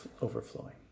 overflowing